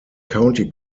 county